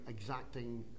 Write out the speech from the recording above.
exacting